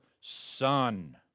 Son